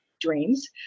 dreams